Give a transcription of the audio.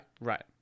right